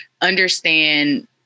understand